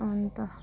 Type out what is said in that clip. अन्त